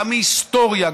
גם מהיסטוריה,